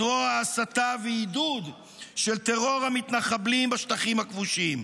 זרוע הסתה ועידוד של טרור המתנחבלים בשטחים הכבושים.